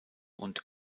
und